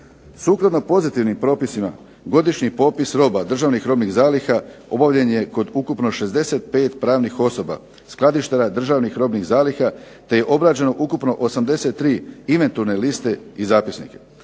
Sukladno pozitivnim propisima godišnji popis roba državnih robnih zaliha obavljen je kod ukupno 65 pravnih osoba, skladištara državnih robnih zaliha te je obrađeno ukupno 83 inventurne liste i zapisnike.